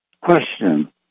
Question